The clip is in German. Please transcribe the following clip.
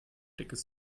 dickes